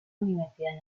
universidad